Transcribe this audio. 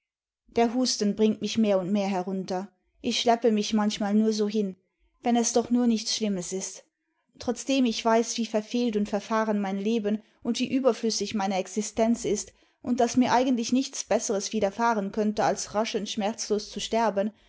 der husten bringt nüch mdir und mehr herunter ich schleppe mich manchmal ntu so hin wenn es doch nur nichts schlimmes ist trotzdem ich weiß wie verfehlt und verfahren mein leben und wie'übierflüssig meine existenz ist utid daß mir eigentlich nichts besseres widerfahren könnte als rasch und schmerzlos zu sterben